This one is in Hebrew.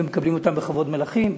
ומקבלים אותם בכבוד מלכים,